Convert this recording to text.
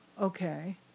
Okay